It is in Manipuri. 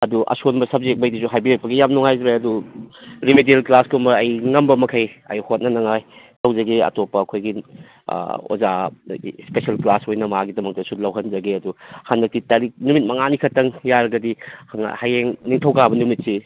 ꯑꯗꯨ ꯑꯁꯣꯟꯕ ꯁꯕꯖꯦꯛ ꯉꯩꯗꯨꯁꯨ ꯍꯥꯏꯕꯤꯔꯛꯄꯒꯤ ꯌꯥꯝ ꯅꯨꯡꯉꯥꯏꯖꯔꯦ ꯑꯗꯨ ꯔꯤꯃꯤꯗꯤꯌꯦꯜ ꯀ꯭ꯂꯥꯁ ꯀꯨꯝꯕ ꯑꯩ ꯉꯝꯕ ꯃꯈꯩ ꯑꯩ ꯍꯣꯠꯅꯅꯉꯥꯏ ꯇꯧꯖꯒꯦ ꯑꯇꯣꯞꯄ ꯑꯩꯈꯣꯏꯒꯤ ꯑꯣꯖꯥꯗꯒꯤ ꯏꯁꯄꯦꯁꯤꯌꯦꯜ ꯀ꯭ꯂꯥꯁ ꯑꯣꯏꯅ ꯃꯥꯒꯤꯗꯃꯛꯇꯁꯨ ꯂꯧꯍꯟꯖꯒꯦ ꯑꯗꯨ ꯍꯟꯗꯛꯀꯤ ꯇꯔꯤꯛ ꯅꯨꯃꯤꯠ ꯃꯉꯥꯅꯤ ꯈꯛꯇꯪ ꯌꯥꯔꯒꯗꯤ ꯍꯌꯦꯡ ꯅꯤꯡꯊꯧꯀꯥꯕ ꯅꯨꯃꯤꯠꯁꯤ